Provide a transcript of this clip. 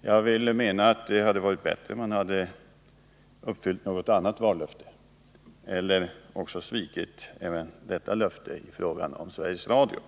Som jag ser det hade det varit bättre om mani stället hade uppfyllt något av de andra vallöftena eller — för att uttrycka det på ett annat sätt — att man hade svikit även detta vallöfte.